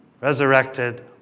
resurrected